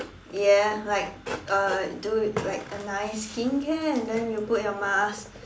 ya like uh do like a nice skincare and then you put your mask